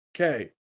Okay